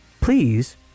please